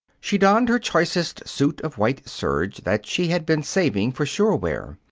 she donned her choicest suit of white serge that she had been saving for shore wear.